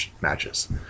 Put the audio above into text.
matches